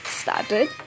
started